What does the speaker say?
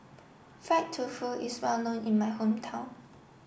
fried tofu is well known in my hometown